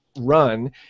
run